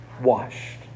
washed